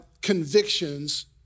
convictions